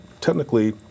technically